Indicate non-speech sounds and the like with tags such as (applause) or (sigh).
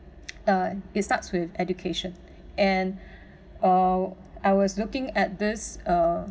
(noise) uh it starts with education and or I was looking at this uh